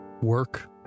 work